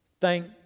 thank